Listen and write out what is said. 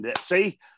See